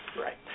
Right